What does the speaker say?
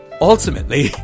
ultimately